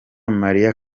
marie